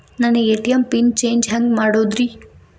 ನನ್ನ ATM pin change ಹೆಂಗ್ ಮಾಡೋದ್ರಿ?